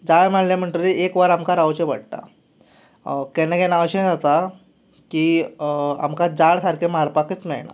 जाळ मारली म्हणटकच एक वर आमकां रावचें पडटा केन्ना केन्ना अशें जाता की आमकां जाळ सारकी मारपाकच मेळना